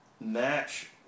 Match